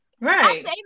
right